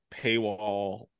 paywall